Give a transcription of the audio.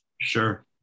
Sure